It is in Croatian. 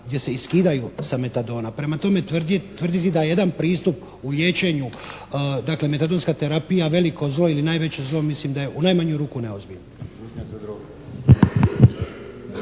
gdje se i skidaju sa metadona. Prema tome tvrditi da jedan pristup u liječenju, dakle metadonska terapija veliko zlo ili najveće zlo mislim da je u najmanju ruku neozbiljno.